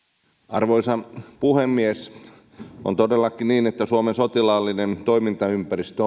arvoisa puhemies on todellakin niin että suomen sotilaallinen toimintaympäristö